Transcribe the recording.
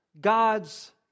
God's